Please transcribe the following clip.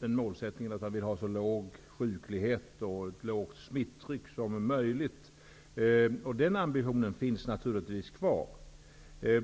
en målsättning att hålla sjuklighet och smittryck på en så låg nivå som möjligt. Den ambitionen finns naturligtvis kvar.